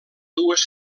dues